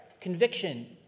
conviction